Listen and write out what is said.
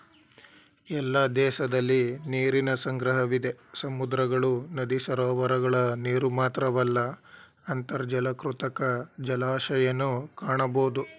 ಎಲ್ಲ ದೇಶದಲಿ ನೀರಿನ ಸಂಗ್ರಹವಿದೆ ಸಮುದ್ರಗಳು ನದಿ ಸರೋವರಗಳ ನೀರುಮಾತ್ರವಲ್ಲ ಅಂತರ್ಜಲ ಕೃತಕ ಜಲಾಶಯನೂ ಕಾಣಬೋದು